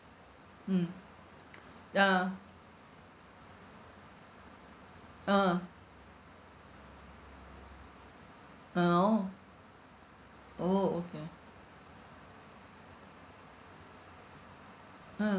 mm ya a'ah I know oh okay um